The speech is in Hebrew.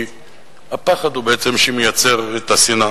כי הפחד הוא בעצם שמייצר את השנאה,